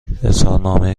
اظهارنامه